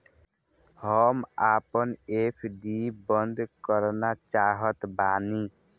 हम आपन एफ.डी बंद करना चाहत बानी